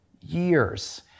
years